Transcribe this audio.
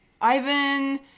Ivan